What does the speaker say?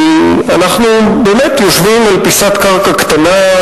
כי אנחנו יושבים על פיסת קרקע קטנה,